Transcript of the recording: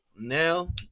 now